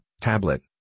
tablet